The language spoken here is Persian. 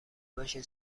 باشه